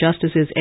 Justices